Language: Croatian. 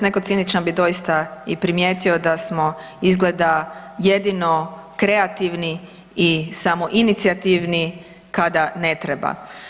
Neko ciničan bi doista i primijetio da smo izgleda jedino kreativni i samoinicijativni kada ne treba.